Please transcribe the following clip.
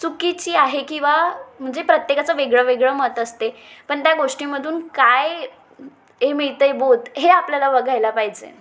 चुकीची आहे किंवा म्हणजे प्रत्येकाचं वेगळं वेगळं मत असते पण त्या गोष्टीमधून काय हे मिळतं आहे बोध हे आपल्याला बघायला पाहिजे